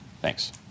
Thanks